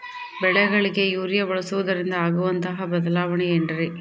ಬೆಳೆಗಳಿಗೆ ಯೂರಿಯಾ ಬಳಸುವುದರಿಂದ ಆಗುವಂತಹ ಬದಲಾವಣೆ ಏನ್ರಿ?